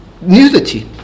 nudity